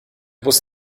bus